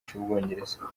cy’ubwongereza